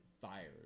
fired